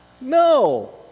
No